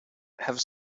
have